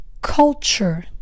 culture